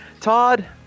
Todd